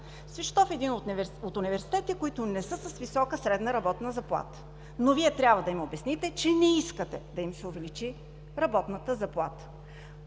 Свищов е един от университетите, които не са с висока средна работна заплата, но Вие трябва да им обясните, че не искате да им се увеличи работната заплата.